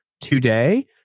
today